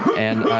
and